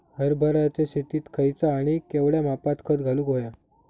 हरभराच्या शेतात खयचा आणि केवढया मापात खत घालुक व्हया?